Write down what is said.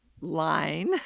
line